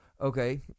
Okay